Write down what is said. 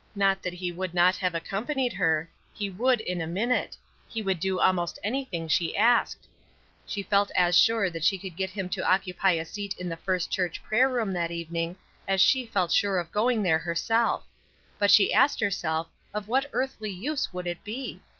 not that he would not have accompanied her he would in a minute he would do almost anything she asked she felt as sure that she could get him to occupy a seat in the first church prayer-room that evening as she felt sure of going there herself but she asked herself, of what earthly use would it be?